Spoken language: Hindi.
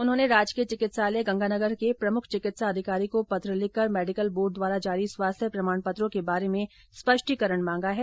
उन्होंने राजकीय चिकित्सालय श्रीगंगानगर के प्रमुख चिकित्सा अधिकारी को पत्र लिखकर मेडिकल बोर्ड द्वारा जारी स्वास्थ्य प्रमाण पत्रों के बारे में स्पष्टीकरण मांगा है